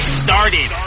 started